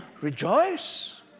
Rejoice